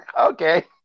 okay